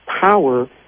power